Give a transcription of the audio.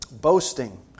Boasting